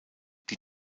die